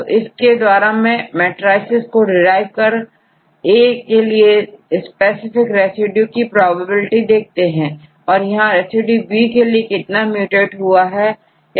तो इसके द्वारा मैं matricesको derive कर A के लिए स्पेसिफिक रेसिड्यू की प्रोबेबिलिटी देखते हैं कि यहां रेसिड्यू बी के लिए कितना म्यूटएट होता है